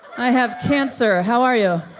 i have cancer. how are you?